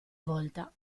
volta